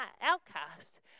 outcast